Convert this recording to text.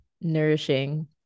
nourishing